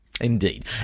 Indeed